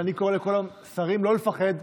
ואני קורא לכל שרים לא לפחד.